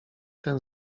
ten